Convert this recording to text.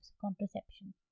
contraception